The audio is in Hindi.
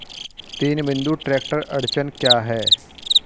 तीन बिंदु ट्रैक्टर अड़चन क्या है?